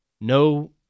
no